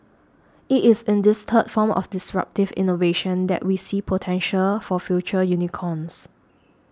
it is in this third form of disruptive innovation that we see potential for future unicorns